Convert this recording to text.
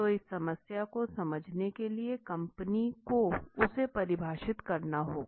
तो इस समस्या को समझने के लिए कंपनी कंपनी को उसे परिभाषित करना होगा